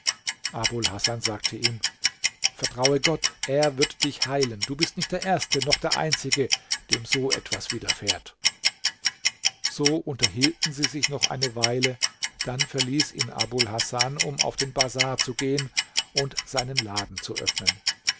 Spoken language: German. abul hasan sagte ihm vertraue gott er wird dich heilen du bist nicht der erste noch der einzige dem so etwas widerfährt so unterhielten sie sich noch eine weile dann verließ ihn abul hasan um auf den bazar zu gehen und seinen laden zu öffnen